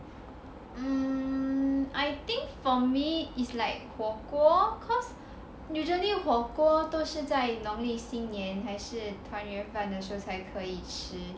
um I think for me is like 火锅 cause usually 火锅都是在农历新年还是团圆饭的时候才可以吃